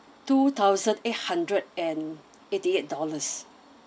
two thousand eight hundred and eighty eight dollars